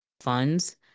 funds